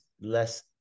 less